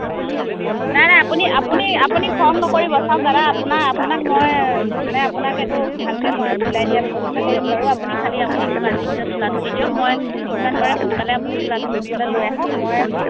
হয় হয় নাই নাই আপুনি আপুনি আপুনি খং নকৰিব চাওক দাদা আপোনাৰ আপোনাক মই মানে আপোনাক সেইটো ভালকৈ মই চিলাই দিয়া ব্যৱস্থা কৰিম বাৰু আপুনি খালী মোক আপুনি আজিৰ ভিতৰতে চোলাটো দি দিয়ক মই যিমান পাৰে সোনকালে আপুনি চোলাটো মোৰ ওচৰলৈ লৈ আহক মই